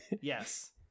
Yes